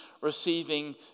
receiving